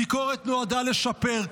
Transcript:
ביקורת נועדה לשפר.